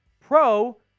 Pro